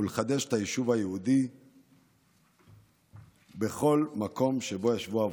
ולחדש את היישוב היהודי בכל מקום שבו ישבו אבותינו.